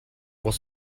was